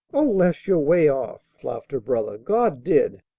o les! you're way off, laughed her brother. god did.